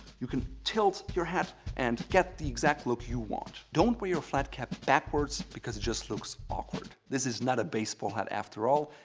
you can tilt your hat and get the exact look you want. don't wear your flat cap backwards because it just looks awkward. this is not a baseball hat, after all,